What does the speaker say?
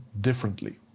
differently